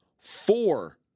four